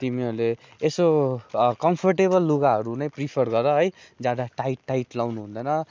तिमीहरूले यसो कम्फोर्टेबल लुगाहरू नै प्रिफर गर है ज्यादा टाइट टाइट लाउनु हुँदैन